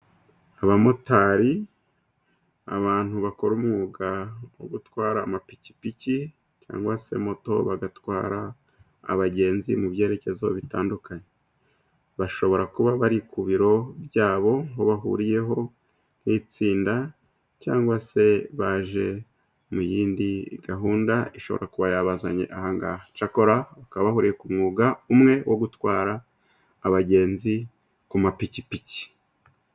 Abamotari ni abantu bakora umwuga wo gutwara amapikipiki cyangwa se moto, bagatwara abagenzi mu byerekezo bitandukanye bashobora kuba bari ku biro byabo ngo bahuriyo nk'itsinda cyangwa se baje mu yindi gahunda ishobora kuba yabazanye, cyakora bakaba bahuriye ku umwuga umwe wo gutwara abagenzi ku mapikipiki.